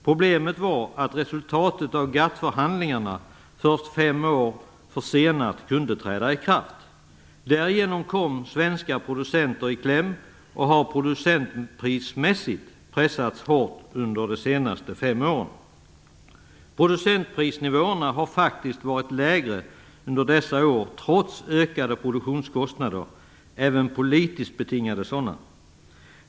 Problemet var att resultatet av GATT-förhandlingarna först fem år försenat kunde träda i kraft. Därigenom kom svenska producenter i kläm och har producentprismässigt pressats hårt under de senaste fem åren. Producentprisnivåerna har faktiskt varit lägre under dessa år, trots ökade produktionskostnader, även politiskt betingade sådana.